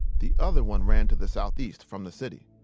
the other one ran to the southeast from the city.